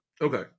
okay